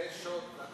זה שוד, זה שוד.